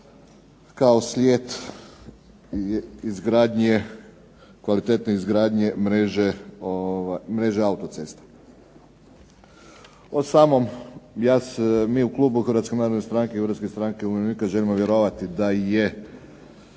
izgradnje, kvalitetne izgradnje mreža autocesta. Mi u klubu Hrvatske narodne stranke i Hrvatske stranke umirovljenika želimo vjerovati da su